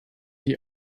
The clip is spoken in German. die